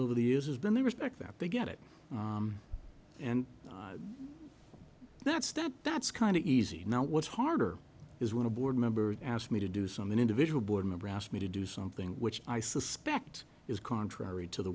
over the years has been they respect that they get it and that's step that's kind of easy now what's harder is when a board member asked me to do some an individual board member asked me to do something which i suspect is contrary to the